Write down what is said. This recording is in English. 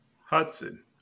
Hudson